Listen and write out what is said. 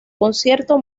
concierto